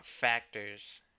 factors